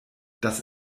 das